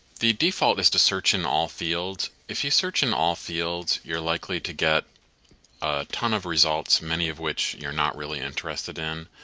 the default is to search in all fields. if you search in all fields you're likely to get a ton of results, many of which you're not really interested in.